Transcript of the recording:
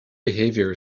behavior